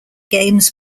games